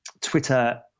Twitter